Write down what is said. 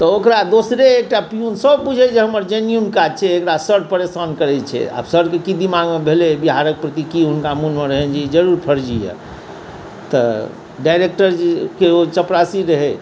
तऽ ओकरा दोसरे एकटा पीउन सब बुझै जे हमर जेन्यूयन काज छै एकरा सर परेशान करै छियै सरके की दिमागमे भेलै बिहारके प्रति की हुनका मोनमे रहनि जे ई जरूर फर्जी या तऽ डाइरेक्टरजी के ओ चपरासी रहै